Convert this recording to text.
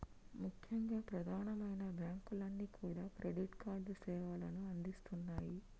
ముఖ్యంగా ప్రధానమైన బ్యాంకులన్నీ కూడా క్రెడిట్ కార్డు సేవలను అందిస్తున్నాయి